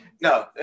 No